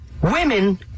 Women